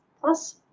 plus